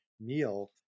meal